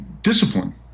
discipline